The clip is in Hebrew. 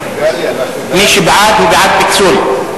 מי שבעד הוא בעד פיצול.